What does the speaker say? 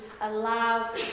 allow